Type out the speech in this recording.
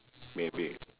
maybe